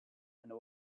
and